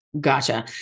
Gotcha